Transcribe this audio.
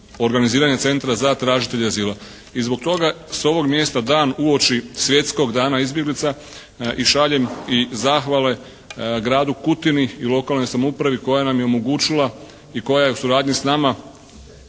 organiziranja centra za tražitelje azila i zbog toga s ovog mjesta dan uoči Svjetskog dana izbjeglica i šaljem i zahvale gradu Kutini i lokalnoj samoupravi koja nam je omogućila i koja je u suradnji s nama,